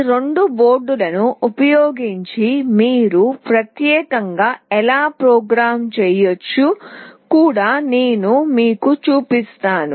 ఈ రెండు బోర్డులను ఉపయోగించి మీరు ప్రత్యేకంగా ఎలా ప్రోగ్రామ్ చేయవచ్చో కూడా నేను మీకు చూపిస్తాను